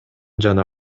жана